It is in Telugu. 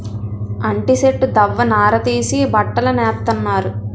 అంటి సెట్టు దవ్వ నార తీసి బట్టలు నేత్తన్నారు